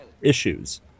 issues